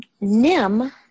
Nim